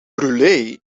brûlé